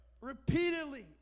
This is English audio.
repeatedly